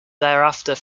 thereafter